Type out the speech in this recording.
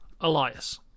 Elias